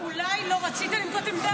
אבל למה הממשלה לא החליטה מה העמדה שלה?